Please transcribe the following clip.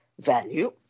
value